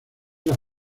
las